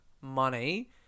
money